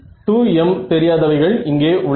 2 m தெரியாதவைகள் இங்கே உள்ளன